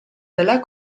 della